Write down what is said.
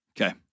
Okay